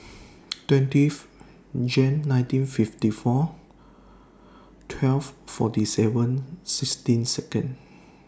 twentieth Jan nineteen fifty four twelve forty seven sixteen Second